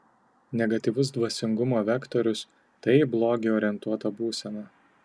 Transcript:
negatyvus dvasingumo vektorius tai į blogį orientuota būsena